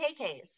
KKs